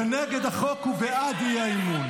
ונגד החוק זה בעד האי-אמון.